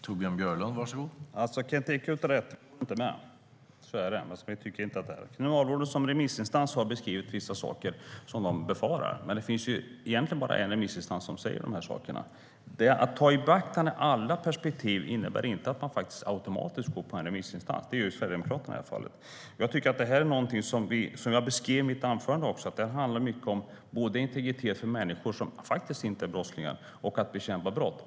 Herr talman! Kent Ekeroth har rätt. Vi håller inte med. Vi tycker inte att det är på det sättet. Kriminalvården som remissinstans har beskrivit vissa saker som de befarar. Men det finns egentligen bara en remissinstans som säger de sakerna. Att ta alla perspektiv i beaktande innebär inte att man automatiskt går efter en remissinstans, vilket är just vad Sverigedemokraterna gör i det här fallet. Som jag beskrev i mitt anförande handlar detta både om integritet för människor som faktiskt inte är brottslingar och om att bekämpa brott.